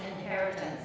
inheritance